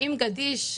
אם גדיש,